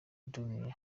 dunia